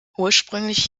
ursprünglich